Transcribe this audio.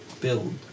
build